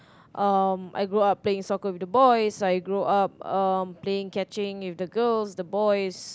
um I grow up playing soccer with the boys I grow up um playing catching with the girls the boys